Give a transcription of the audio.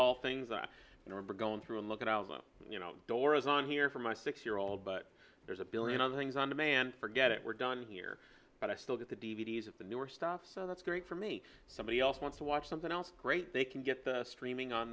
all things are going through and look at album you know door is on here for my six year old but there's a billion other things on demand forget it we're done here but i still get the d v d s of the newer stuff so that's great for me somebody else wants to watch something else great they can get the streaming on